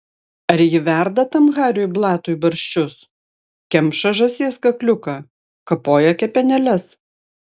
ar ji verda tam hariui blatui barščius kemša žąsies kakliuką kapoja kepenėles